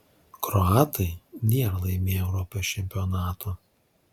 kroatai nėra laimėję europos čempionato